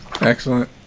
Excellent